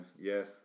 yes